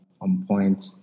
on-point